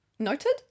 Noted